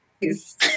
please